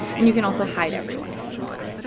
and you can also hide everyone if you want.